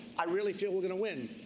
i really feel we're going to win.